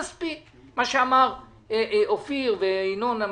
כפי שאמרו אופיר וינון.